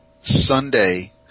sunday